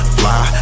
fly